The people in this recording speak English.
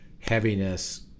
heaviness